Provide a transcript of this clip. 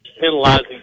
penalizing